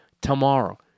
Tomorrow